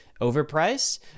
overpriced